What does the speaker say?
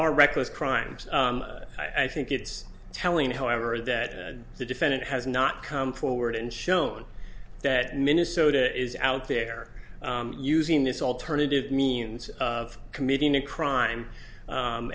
are reckless crimes i think it's telling however that the defendant has not come forward and shown that minnesota is out there using this alternative means of committing a crime